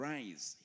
Rise